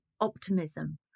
optimism